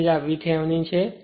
તેથી જ આ VThevenin છે